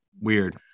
Weird